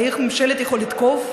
האם שלט יכול לתקוף?